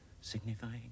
signifying